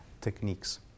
techniques